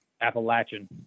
appalachian